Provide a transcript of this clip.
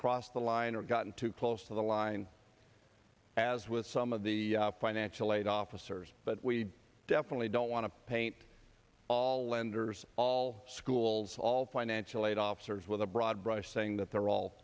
crossed the line or gotten too close to the line as with some of the financial aid officers but we definitely don't want to paint all lenders all schools all financial aid officers with a broad brush saying that they're all